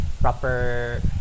proper